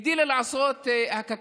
הגדילה לעשות הקק"ל.